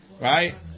Right